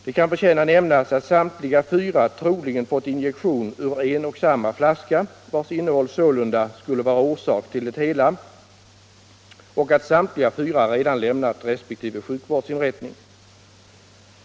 Det kan förtjäna att nämnas att samtliga fyra troligen fått injektion ur en och samma flaska, vars innehåll sålunda skulle vara orsak till det hela, och att samtliga fyra redan lämnat resp. sjukvårdsinrättning.